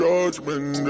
Judgment